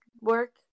work